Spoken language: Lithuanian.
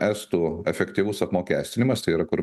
estų efektyvus apmokestinimas tai yra kur